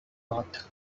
not